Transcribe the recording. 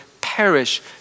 perish